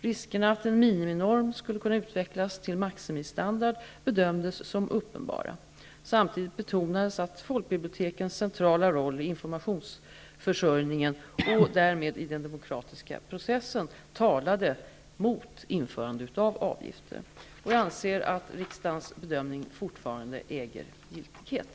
Riskerna att en miniminorm skulle kunna utvecklas till maximistandard bedömdes som uppenbara. Samtidigt betonades att folkbibliotekens centrala roll i informationsförsörjningen, och därmed i den demokratiska processen, talade mot införande av avgifter. Jag anser att riksdagens bedömningar fortfarande äger giltighet.